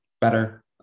better